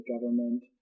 government